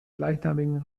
gleichnamigen